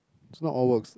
is not all works